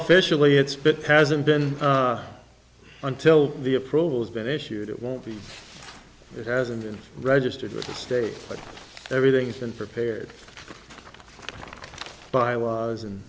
officially it's hasn't been until the approvals been issued it won't be it hasn't been registered with the state but everything's been prepared bylaws and